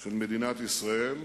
של מדינת ישראל,